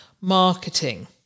Marketing